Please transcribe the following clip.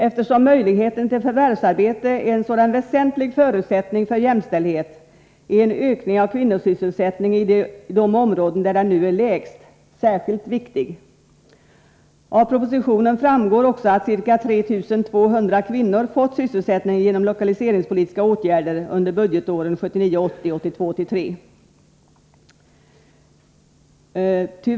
Eftersom möjligheten till förvärvsarbete är en sådan väsentlig förutsättning för jämställdhet, är en ökning av kvinnosysselsättningen i de områden där den nu är lägst, särskilt viktig. Av propositionen framgår också att ca 3 200 kvinnor fått sysselsättning genom lokaliseringspolitiska åtgärder under budgetåren 1979 83.